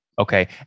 okay